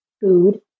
food